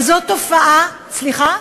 וזו תופעה, סליחה?